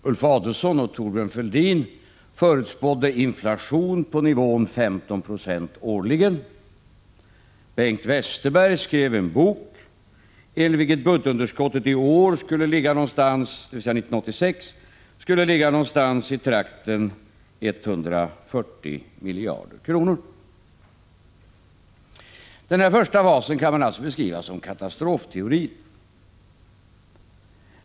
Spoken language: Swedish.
Ulf Adelsohn och Thorbjörn Fälldin förutspådde en inflation på nivån 15 9e årligen. Bengt Westerberg skrev en bok enligt vilken budgetunderskottet år 1986 skulle ligga någonstans i trakten av 140 miljarder. Den här första fasen kan man beskriva som katastrofteorin.